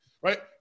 right